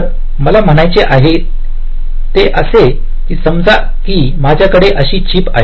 तर मला म्हणायचे काय आहे ते असे समजा की माझ्याकडे अशी चिप आहे